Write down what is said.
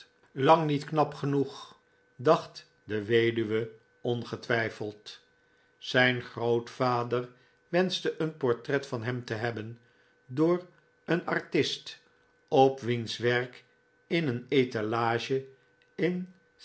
lang niet knap genoeg dacht de weduwe ongetwijfeld zijn grootvader wenschte een portret van hem te hebben door een artist op wiens werk in een talage in